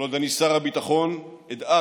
כל עוד אני שר הביטחון אדאג,